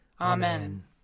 Amen